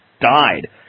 died